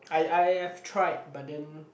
I I I've tried but then